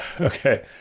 Okay